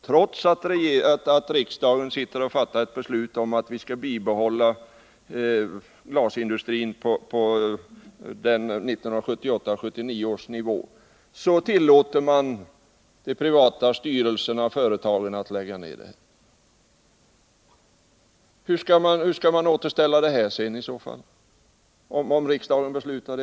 Trots att riksdagen fattat ett beslut om att glasindustrin skall bibehållas på 1978/79 års nivå tillåts de privata styrelserna och företagen att lägga ned. Hur skall man återställa det sedan?